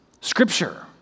Scripture